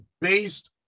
based